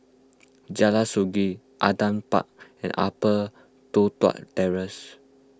Jalan Sungei Adam Park and Upper Toh Tuck Terrace